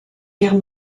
guerre